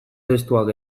testuak